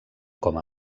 com